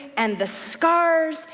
and the scars,